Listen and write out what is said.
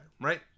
right